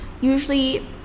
Usually